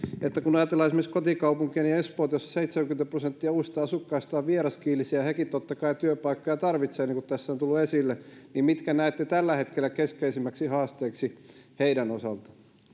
että kun ajatellaan esimerkiksi kotikaupunkiani espoota missä seitsemänkymmentä prosenttia uusista asukkaista on vieraskielisiä hekin totta kai työpaikkoja tarvitsevat niin kuin tässä on tullut esille niin mitkä näette tällä hetkellä keskeisimmiksi haasteiksi heidän osalta